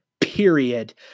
period